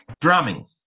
drumming